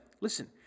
listen